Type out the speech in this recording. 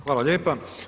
Hvala lijepa.